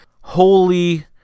Holy